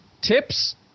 tips